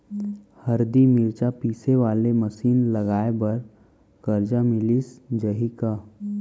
हरदी, मिरचा पीसे वाले मशीन लगाए बर करजा मिलिस जाही का?